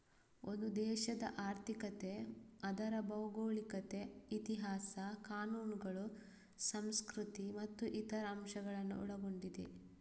ಒಂದು ದೇಶದ ಆರ್ಥಿಕತೆ ಅದರ ಭೌಗೋಳಿಕತೆ, ಇತಿಹಾಸ, ಕಾನೂನುಗಳು, ಸಂಸ್ಕೃತಿ ಮತ್ತು ಇತರ ಅಂಶಗಳನ್ನ ಒಳಗೊಂಡಿದೆ